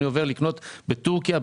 אני עובר לקנות בתורכיה,